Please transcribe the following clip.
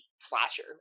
slasher